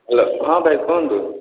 hello ହଁ ଭାଇ କୁହନ୍ତୁ